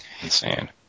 insane